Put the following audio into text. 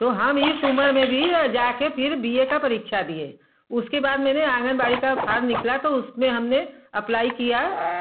तो हम इस उम्र में भी जाकर फिर बी ए का परीक्षा दिए उसके बाद मैंने आँगनबाड़ी का फार्म निकला तो उसमें हमने अप्लाई किया